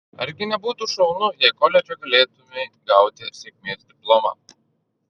argi nebūtų šaunu jei koledže galėtumei gauti sėkmės diplomą